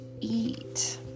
eat